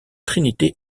trinité